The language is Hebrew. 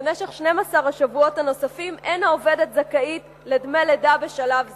במשך 12 השבועות הנוספים אין העובדת זכאית לדמי לידה בשלב הזה.